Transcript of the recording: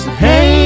hey